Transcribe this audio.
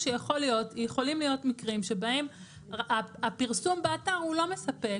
שיכולים להיות מקרים שבהם הפרסום באתר הוא לא מספק,